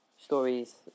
stories